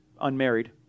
unmarried